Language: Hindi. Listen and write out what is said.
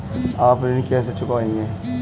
आप ऋण कैसे चुकाएंगे?